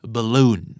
Balloon